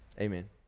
Amen